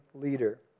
leader